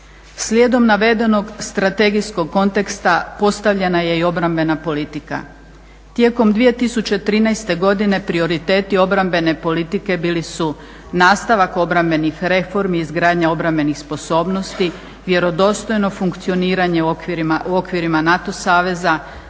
Slijedom navedenog strategijskog konteksta postavljena je i obrambena politika. Tijekom 2013. godine prioriteti obrambene politike bili su nastavak obrambenih reformi, izgradnja obrambenih sposobnosti, vjerodostojno funkcioniranje u okvirima NATO saveza,